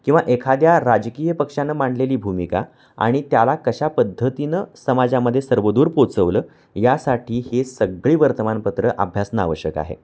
किंवा एखाद्या राजकीय पक्षानं मांडलेली भूमिका आणि त्याला कशा पद्धतीनं समाजामध्ये सर्वदूर पोचवलं यासाठी हे सगळे वर्तमानपत्रं अभ्यासणं आवश्यक आहे